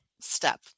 step